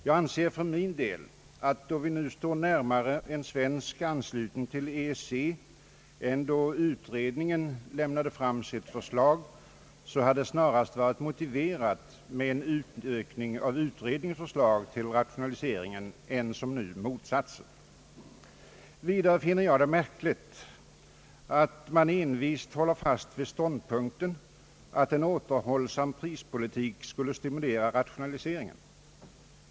Jag anser för min del att då vi nu står närmare en svensk anslutning till EEC än då utredningen lämnade fram sitt förslag, hade det snarast varit motiverat med en utökning av utredningens förslag i fråga om rationaliseringen än som nu blivit fallet. Vidare finner jag det märkligt att regeringen envist håller fast vid ståndpunkten att en återhållsam prispolitik skulle stimulera rationaliseringen.